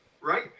right